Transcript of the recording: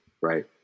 right